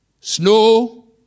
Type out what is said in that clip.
snow